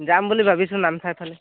যাম বুলি ভাবিছোঁ নামচাইফালে